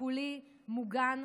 טיפולי מוגן,